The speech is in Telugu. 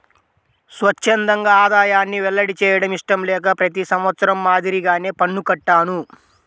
స్వఛ్చందంగా ఆదాయాన్ని వెల్లడి చేయడం ఇష్టం లేక ప్రతి సంవత్సరం మాదిరిగానే పన్ను కట్టాను